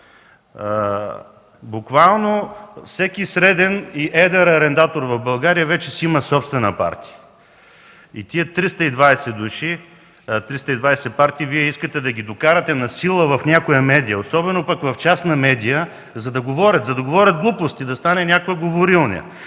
Буквално всеки среден и едър арендатор в България вече си има собствена партия. Вие искате тези 320 партии да ги докарате насила в някоя медия, особено пък в частна медия, за да говорят глупости, да стане някаква говорилня,